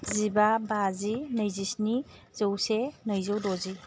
जिबा बाजि नैजिस्नि जौसे नैजौ द'जि